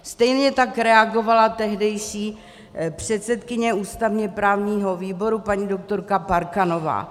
Stejně tak reagovala tehdejší předsedkyně ústavněprávního výboru paní doktorka Parkanová.